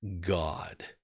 God